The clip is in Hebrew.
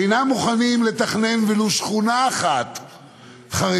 אינם מוכנים לתכנן ולו שכונה אחת חרדית,